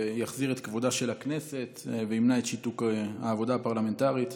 זה יחזיר את כבודה של הכנסת וימנע את שיתוק העבודה הפרלמנטרית.